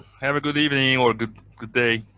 have a good evening or good good day.